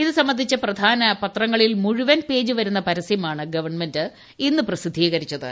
ഇതു സംബന്ധിച്ച് പ്രധാന പത്രങ്ങളിൽ മുഴുവൻ പേജ് വരുന്ന പരസ്യമാണ് ഗവൺമെന്റ് ഇന്ന് പ്രസിദ്ധീകരിച്ചത്